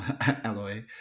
alloy